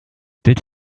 did